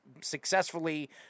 successfully